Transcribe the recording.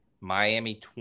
Miami